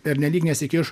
pernelyg nesikiš